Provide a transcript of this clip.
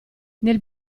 nel